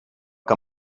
que